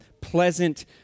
pleasant